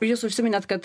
jūs užsiminėt kad